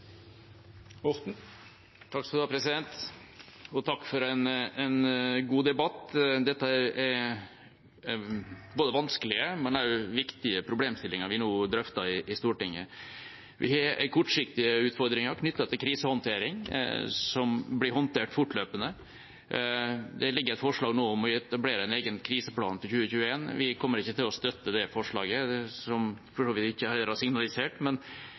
Takk for en god debatt. Dette er vanskelige, men også viktige problemstillinger vi nå drøfter i Stortinget. Vi har kortsiktige utfordringer knyttet til krisehåndtering, som blir håndtert fortløpende. Det ligger et forslag her nå om å etablere en egen kriseplan for 2021. Vi kommer ikke til å støtte det forslaget, som vi for så vidt heller ikke har signalisert.